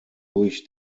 durch